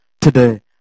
today